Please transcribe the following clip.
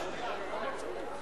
זה פעם שנייה,